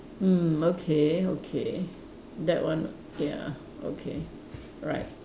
mm okay okay that one ya okay right